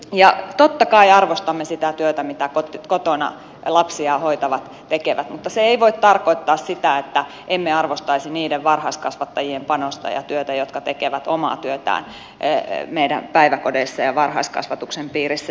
ja totta kai arvostamme sitä työtä mitä kotona lapsiaan hoitavat tekevät mutta se ei voi tarkoittaa sitä että emme arvostaisi niiden varhaiskasvattajien panosta ja työtä jotka tekevät omaa työtään meidän päiväkodeissa ja varhaiskasvatuksen piirissä